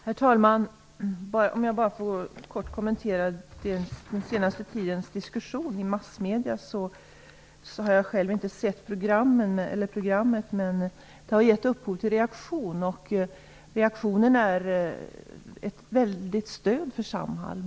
Herr talman! Jag vill bara kort kommentera den senaste tidens diskussion i massmedierna. Jag har själv inte sett programmet, men det har givit upphov till reaktion. Reaktionen är ett väldigt stöd för Samhall.